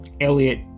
Elliot